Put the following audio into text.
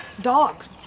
dogs